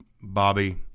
Bobby